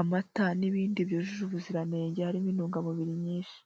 amata n'ibindi byujuje ubuziranenge harimo intungamubiri nyinshi.